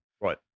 Right